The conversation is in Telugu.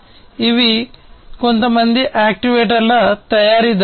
ఇవి కొంతమంది యాక్యుయేటర్ తయారీదారులు